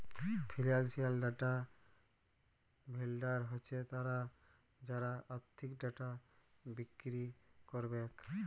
financial data vendor হছে তারা যারা আথ্থিক ডাটা বিক্কিরি ক্যারবেক